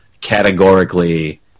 categorically